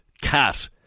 cat